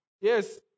Yes